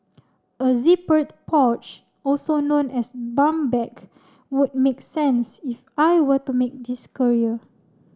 a zippered pouch also known as bum bag would make sense if I were to make this career